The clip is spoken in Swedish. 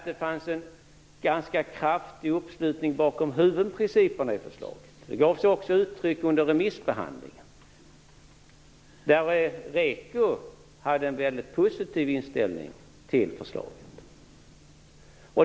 Det fanns en ganska kraftig uppslutning bakom huvudprinciperna i förslaget och det kom också till uttryck under remissbehandlingen. REKO hade en väldigt positiv inställning till förslaget.